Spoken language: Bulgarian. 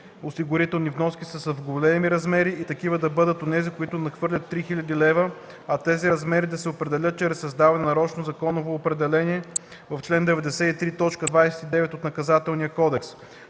осигурителни вноски са в големи размери и такива да бъдат онези, които надхвърлят три хиляди лева, а тези размери да се определят чрез създаване на нарочно законово определение в чл. 93, т. 29 от Наказателния кодекс.